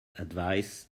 advice